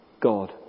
God